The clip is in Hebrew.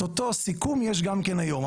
את אותו סיכום יש גם כן היום,